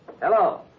Hello